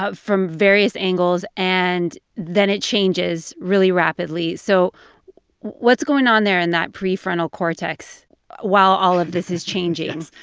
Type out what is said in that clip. ah from various angles, and then it changes really rapidly. so what's going on there in that prefrontal cortex while all of this is changing?